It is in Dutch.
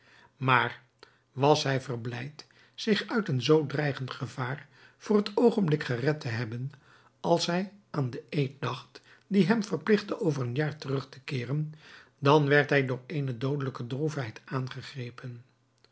maar was hij verblijd zich uit een zoo dreigend gevaar voor het oogenblik gered te hebben als hij aan den eed dacht die hem verpligtte over een jaar terug te keeren dan werd hij door eene doodelijke droefheid aangegrepen